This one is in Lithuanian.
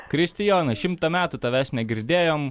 kristijonas šimtą metų tavęs negirdėjom